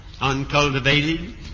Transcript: uncultivated